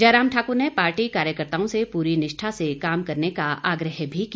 जय राम ठाक्र ने पार्टी कार्यकर्ताओं से प्री निष्ठा से काम करने का आग्रह भी किया